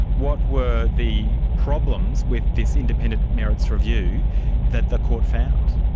what were the problems with this independent merits review that the court found?